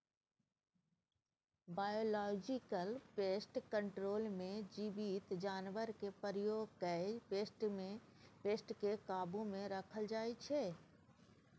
biological pest control मे जीबित जानबरकेँ प्रयोग कए पेस्ट केँ काबु मे राखल जाइ छै